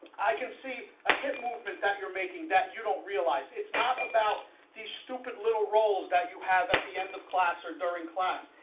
i can see a hip movement that you're making that you don't realize it's not about these stupid little roles that you have at the end of class or during class.